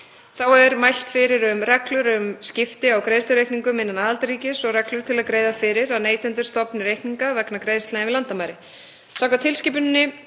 Þá er mælt fyrir um reglur um skipti á greiðslureikningum innan aðildarríkis og reglur til að greiða fyrir að neytendur stofni reikninga vegna greiðslna yfir landamæri. Samkvæmt tilskipuninni